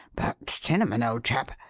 but cinnamon! old chap,